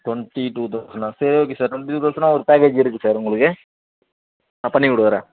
twenty two தௌசண்ட்னா சரி okay sir twenty two தௌசண்ட்னா ஒரு பேக்கேஜ் இருக்குது சார் உங்களுக்கு நான் பண்ணிக் கொடுக்கறேன்